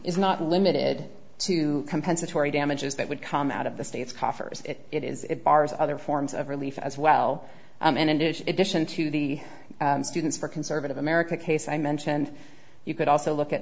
is not limited to compensatory damages that would come out of the state's coffers it is it bars other forms of relief as well and it is addition to the students for conservative america case i mentioned you could also look at